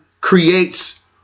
creates